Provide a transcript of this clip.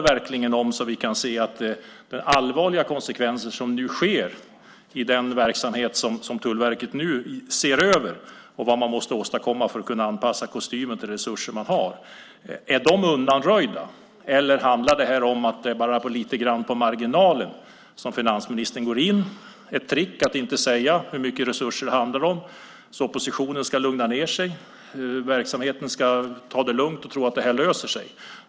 Vi ser de allvarliga konsekvenser som nu sker i den verksamhet som Tullverket nu ser över liksom vad man måste åstadkomma för att anpassa kostymen till de resurser man har. Är de undanröjda? Eller handlar detta bara om att finansministern går in lite på marginalen? Är det ett trick att inte säga hur mycket resurser det handlar om så att oppositionen ska lugna ned sig och verksamheten ska ta det lugnt och tro att det löser sig?